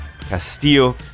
Castillo